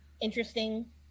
interesting